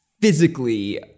physically